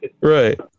Right